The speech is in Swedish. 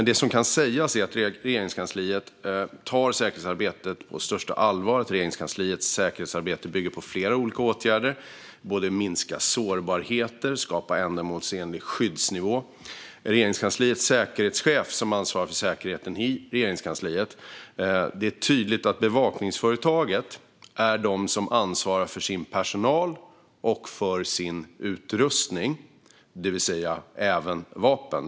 Det som kan sägas är att Regeringskansliet tar säkerhetsarbetet på största allvar och att Regeringskansliets säkerhetsarbete bygger på flera olika åtgärder för att både minska sårbarhet och skapa en ändamålsenlig skyddsnivå. Regeringskansliets säkerhetschef ansvarar för säkerheten i Regeringskansliet. Bevakningsföretaget ansvarar för sin personal och sin utrustning, det vill säga även vapen.